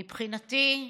מבחינתי,